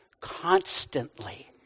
constantly